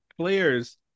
players